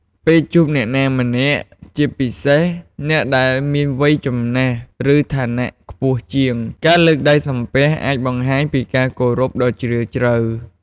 ពេលជួបអ្នកណាម្នាក់ ជាពិសេសអ្នកដែលមានវ័យចំណាស់ ឬឋានៈខ្ពស់ជាង ការលើកដៃសំពះអាចបង្ហាញពីការគោរពដ៏ជ្រាលជ្រៅ។